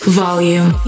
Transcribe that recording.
volume